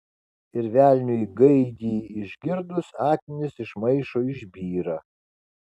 ir velniui gaidį išgirdus akmenys iš maišo išbyra